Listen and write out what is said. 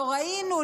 לא ראינו,